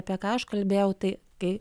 apie ką aš kalbėjau tai kai